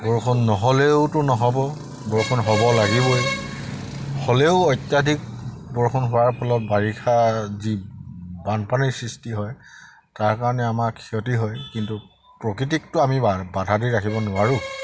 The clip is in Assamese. বৰষুণ নহ'লেওতো নহ'ব বৰষুণ হ'ব লাগিবই হ'লেও অত্যাধিক বৰষুণ হোৱাৰ ফলত বাৰিষা যি বানপানীৰ সৃষ্টি হয় তাৰ কাৰণে আমাৰ ক্ষতি হয় কিন্তু প্ৰকৃতিকটো আমি বা বাধা দি ৰাখিব নোৱাৰোঁ